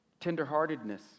Tenderheartedness